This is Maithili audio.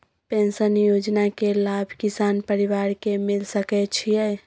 पेंशन योजना के लाभ किसान परिवार के मिल सके छिए?